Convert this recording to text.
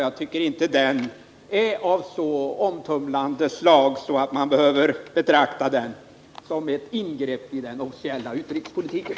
Jag tycker inte att förslaget är av så omtumlande slag att det bör betraktas som ett ingrepp i den officiella utrikespolitiken.